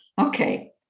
okay